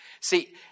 See